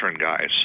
guys